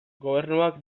gobernuak